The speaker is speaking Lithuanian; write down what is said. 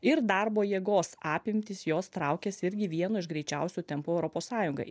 ir darbo jėgos apimtys jos traukiasi irgi vienu iš greičiausių tempų europos sąjungai